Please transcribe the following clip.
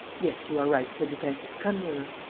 yes, you are right, said lupin. come nearer.